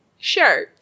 Sure